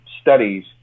studies